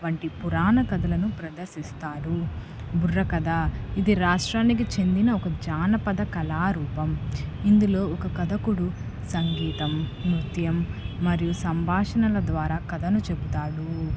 వంటి పురాణ కథలను ప్రదర్శిస్తారు బుర్ర కథ ఇది రాష్ట్రానికి చెందిన ఒక జానపద కళారూపం ఇందులో ఒక కథకుడు సంగీతం నృత్యం మరియు సంభాషణల ద్వారా కథను చెబుతాడు